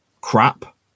crap